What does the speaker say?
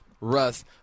Russ